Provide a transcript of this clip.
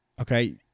okay